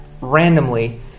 randomly